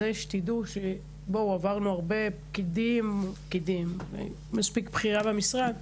תדעו שעברנו הרבה פקידים פקידים היא מספיק בכירה במשרד,